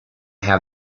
have